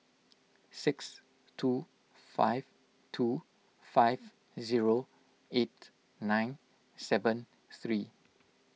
six two five two five zero eight nine seven three